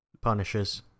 Punishes